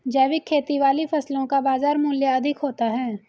जैविक खेती वाली फसलों का बाजार मूल्य अधिक होता है